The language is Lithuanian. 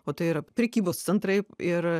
o tai yra prekybos centrai ir